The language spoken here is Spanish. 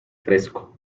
fresco